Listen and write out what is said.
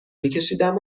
میکشیدم